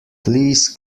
please